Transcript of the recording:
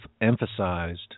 emphasized